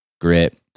Grit